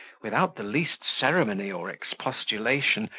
without the least ceremony or expostulation,